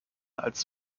als